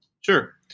Sure